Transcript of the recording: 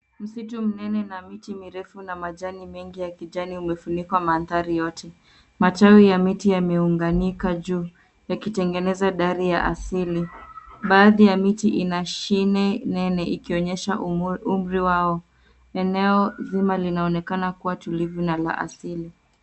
Msitu mnene na miti mirefu na majani mengi ya kijani umefunika mandhari yote. Matawi ya miti yameunganika juu yakitengeneza dari ya asili. Baadhi ya miti ina shine nene ikionyesha umri wao. Eneo zima linaonekana kuwa tulivu na la asili